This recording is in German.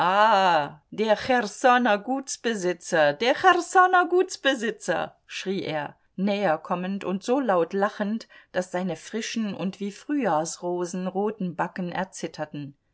der cherssoner gutsbesitzer der cherssoner gutsbesitzer schrie er näher kommend und so laut lachend daß seine frischen und wie frühjahrsrosen roten backen erzitterten